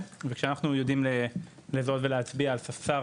וכשאנחנו יודעים לזהות ולהצביע על ספסר